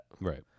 Right